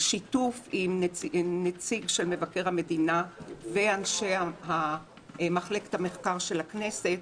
בשיתוף עם נציג של מבקר המדינה ואנשי מחלקת המחקר של הכנסת,